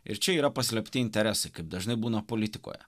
ir čia yra paslėpti interesai kaip dažnai būna politikoje